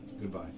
goodbye